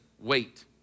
wait